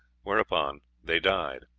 whereupon they died.